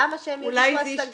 אז למה שהם יתנו השגה?